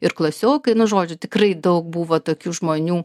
ir klasiokai nu žodžiu tikrai daug buvo tokių žmonių